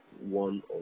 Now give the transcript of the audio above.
one